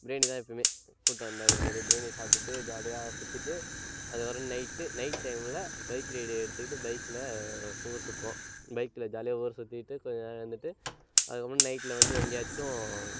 பிரியாணி தான் எப்பயுமே கூட்டம் இருக்கும் நிறைய பிரியாணியை சாப்பிட்டுட்டு ஜாலியாக சுற்றிட்டு அதுக்கப்புறம் நைட்டு நைட் டைமில் பைக் ரைடு எடுத்துக்கிட்டு பைக்கில் ஊர் சுற்றுவோம் பைக்கில் ஜாலியாக ஊர் சுற்றிட்டு கொஞ்ச நேரம் இருந்துவிட்டு அதுக்கப்புறம் நைட்டில் வந்து எங்கேயாச்சும்